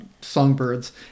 songbirds